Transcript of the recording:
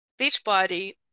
Beachbody